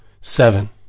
seven